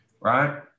right